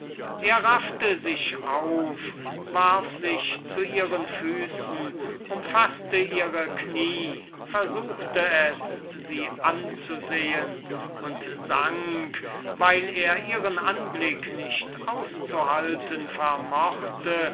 er raffte sich auf warf sich zu ihren füßen umfaßte ihre knie mit einer empfindung welche mit worten nicht ausgedrückt werden kann versuchte es sie anzusehen und sank weil er ihren anblick nicht auszuhalten vermochte